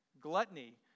Gluttony